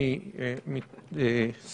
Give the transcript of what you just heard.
מי בעד הרביזיה?